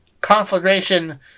conflagration